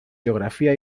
geografia